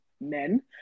men